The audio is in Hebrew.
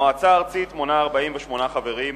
המועצה הארצית מונה 48 חברים,